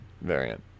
variant